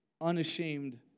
unashamed